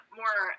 more